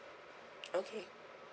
okay